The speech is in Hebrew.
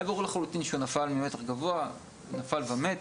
היה ברור לחלוטין שהוא נפל ממתח גבוה, נפל ומת.